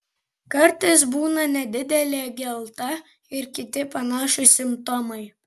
kartais būna nedidelė gelta ir kiti panašūs simptomai